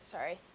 Sorry